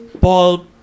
Paul